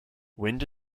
wind